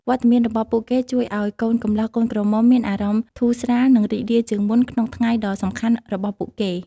វត្តមានរបស់ពួកគេជួយឱ្យកូនកំលោះកូនក្រមុំមានអារម្មណ៍ធូរស្រាល និងរីករាយជាងមុនក្នុងថ្ងៃដ៏សំខាន់របស់ពួកគេ។